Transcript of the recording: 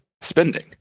spending